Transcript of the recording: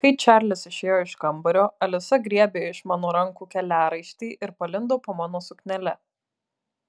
kai čarlis išėjo iš kambario alisa griebė iš mano rankų keliaraišti ir palindo po mano suknele